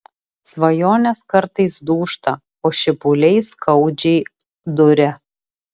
svajonės kartais dūžta o šipuliai skaudžiai duria